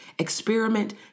Experiment